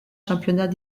championnat